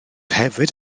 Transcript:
hefyd